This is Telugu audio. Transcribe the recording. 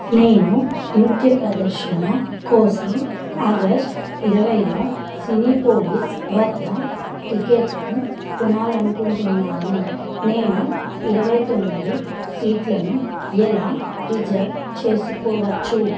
నేను నృత్య ప్రదర్శన కోసం ఆగస్ట్ ఇరవైలో సినీపోలీస్ వద్ద టిక్కెట్లు కొనాలనుకుంటున్నాను నేను ఇరవై తొమ్మిది సీట్లను ఎలా రిజర్వ్ చేసుకోవచ్చు